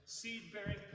seed-bearing